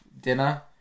dinner